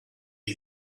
you